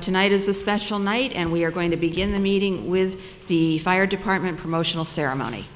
tonight is a special night and we are going to begin the meeting with the fire department promotional ceremony